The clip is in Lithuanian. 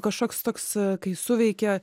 kažkoks toks kai suveikia